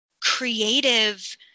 creative